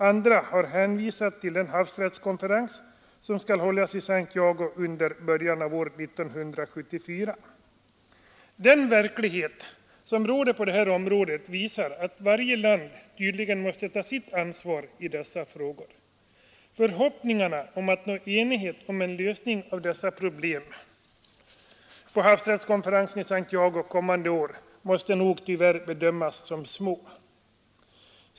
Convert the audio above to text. Andra har hänvisat till den havsrättskonferens som skall hållas i Santiago i början av 1974. Den verklighet som råder på detta område visar att varje land tydligen måste ta sitt ansvar i dessa frågor. Förhoppningarna om att nå enighet om en lösning av detta problem på havsrättskonferensen i Santiago nästa år måste nog tyvärr bedömas som små.